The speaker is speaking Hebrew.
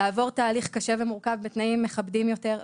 לעבור תהליך וקשה ומורכב בתנאים מכבדים יותר,